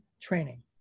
training